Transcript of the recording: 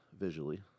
visually